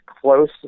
close